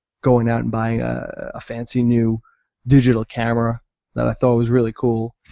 going out and buying a fancy new digital camera that i thought was really cool.